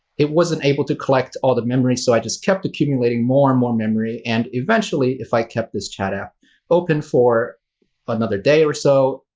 it wasn't able to collect all the memory, so i just kept accumulating more and more memory. and eventually, if i kept this chat app open for but another day or so,